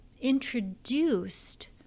introduced